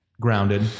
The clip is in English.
grounded